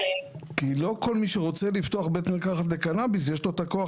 כי לא כל מי שרוצה לפתוח בית מרקחת לקנביס יש לו את כוח